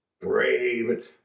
brave